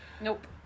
Nope